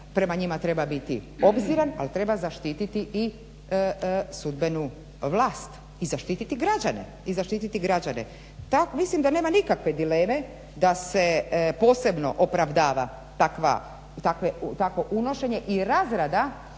prema njima treba biti obziran ali treba zaštititi i sudbenu vlast i zaštiti građane. Mislim da nema nikakve dileme da se posebno opravdava takvo unošenje i razrada